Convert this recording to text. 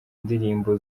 indirimbo